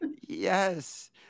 Yes